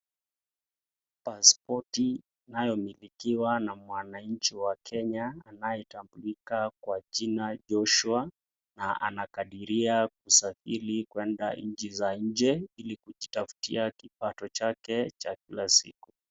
Paspoti inayomilikiwa na mwananchi wa Kenya , anayetambulika kwa jina Joshua na anakadiria kusafiri kwenda nchi za nje, ili kujitaftia kipato chake cha kila siku.